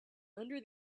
under